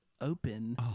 open